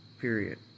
period